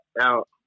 out